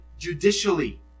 judicially